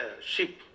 ship